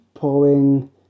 pouring